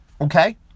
Okay